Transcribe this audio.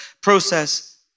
process